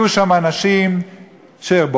יהיו שם אנשים שבוחרים,